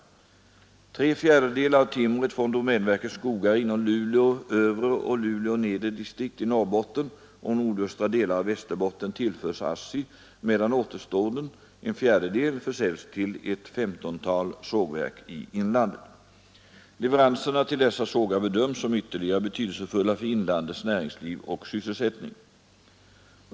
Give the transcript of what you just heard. Tre 67 förbättra sysselsätt fjärdedelar av timret från domänverkets skogar inom Luleå övre och Luleå nedre distrikt i Norrbotten och nordöstra delarna av Västerbotten tillförs ASSI medan återstoden, en fjärdedel, försäljs till ett femtontal sågverk i inlandet. Leveranserna till dessa sågar bedöms som ytterligt betydelsefulla för inlandets näringsliv och sysselsättning.